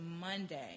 Monday